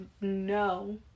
no